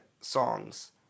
songs